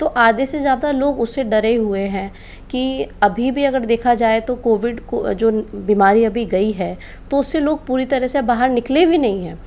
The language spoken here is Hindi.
तो आधे से ज़्यादा लोग उससे डरे हुए हैं कि अभी भी अगर देखा जाए तो कोविड को जो बीमारी अभी गई है तो उससे लोग पूरी तरह से बाहर निकले भी नहीं है